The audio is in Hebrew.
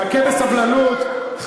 חכה בסבלנות.